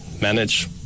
manage